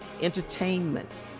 entertainment